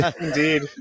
Indeed